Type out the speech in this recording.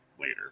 later